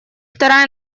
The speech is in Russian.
вторая